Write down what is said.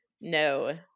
no